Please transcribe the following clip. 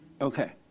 Okay